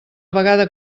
vegada